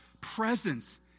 presence